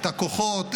את הכוחות,